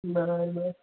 बरं